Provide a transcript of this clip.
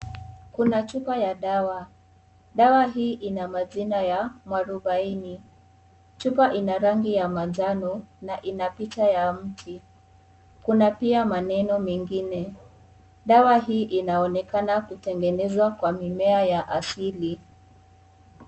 Kuna chupa ya dawa, dawa hii ina majina ya mwarubaini, chupa ina rangi ya manjano na ina picha ya mti, kuna pia maneno mengine, dawa hii inaonekana kutengeneza kwa mimea ya asili.